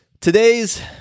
Today's